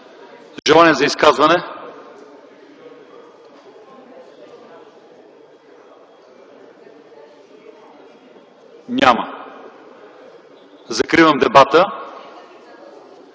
желание за изказвания? Няма. Закривам дебата.